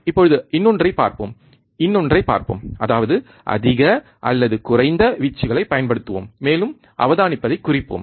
இப்போது இன்னொன்றைப் பார்ப்போம் இன்னொன்றைப் பார்ப்போம் அதாவது அதிக அல்லது குறைந்த வீச்சுகளைப் பயன்படுத்துவோம் மேலும் அவதானிப்பதைக் குறிப்போம்